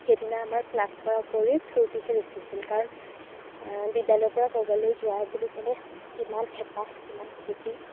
সেইদিনা আমাৰ ক্লাছ কৰাৰ উপৰি ফুৰ্ত্তি হে বেছি হৈছিল কাৰণ বিদ্যালয়ৰপৰা ক'ৰবালৈ যোৱা বুলি ক'লে কিমান হেঁপাহ কিমান ফুৰ্ত্তি